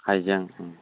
हाइजें